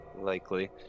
Likely